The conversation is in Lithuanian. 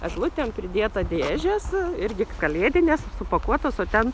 eglutėm pridėta dėžės irgi kalėdinės supakuotos o ten